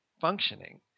functioning